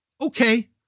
Okay